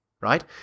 right